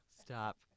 Stop